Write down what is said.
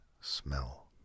smell